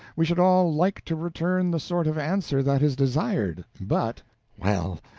we should all like to return the sort of answer that is desired, but well,